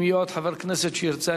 אם יהיה עוד חבר כנסת שירצה,